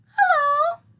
Hello